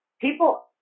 people